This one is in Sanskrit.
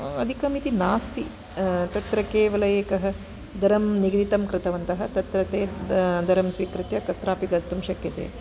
अधिकमिति नास्ति तत्र केवल एकः धरं निगदितं कृतवन्तः तत्र ते धरं स्वीकृत्य कुत्रापि गन्तुं शक्यते